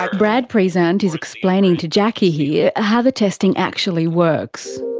like brad prezant is explaining to jacki here ah how the testing actually works.